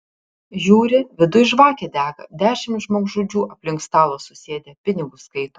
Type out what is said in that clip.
žiūri viduj žvakė dega dešimt žmogžudžių aplink stalą susėdę pinigus skaito